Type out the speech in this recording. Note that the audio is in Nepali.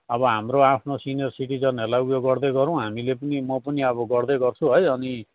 अब हाम्रो आफ्नो सिनियर सिटिजनहरूलाई उयो गर्दै गरौँ हामीले पनि म पनि अब गर्दै गर्छु है अनि